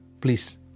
please